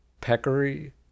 peccary